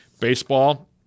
Baseball